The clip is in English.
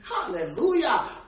Hallelujah